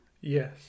Yes